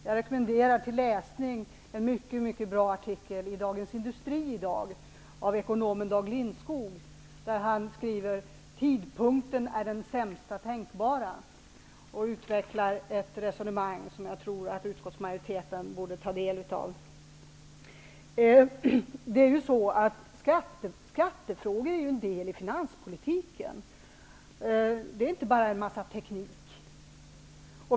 Jag rekommenderar till läsning en mycket bra artikel i Han skriver: Tidpunkten är den sämsta tänkbara. Han utvecklar sedan sitt resonemang som jag tycker att utskottsmajoriteten borde ta del av. Skattefrågor är en del av finanspolitiken. Det är inte bara fråga om en massa teknik.